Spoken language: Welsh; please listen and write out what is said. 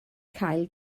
cael